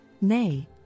Nay